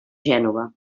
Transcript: gènova